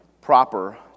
proper